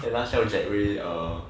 他笑健伟 err